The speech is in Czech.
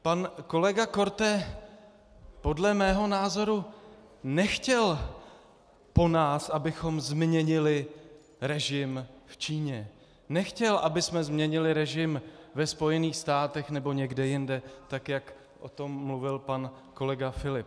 Pan kolega Korte podle mého názoru nechtěl po nás, abychom změnili režim v Číně, nechtěl, abychom změnili režim ve Spojených státech nebo někde jinde, tak jak o tom mluvil pan kolega Filip.